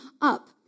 up